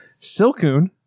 Silcoon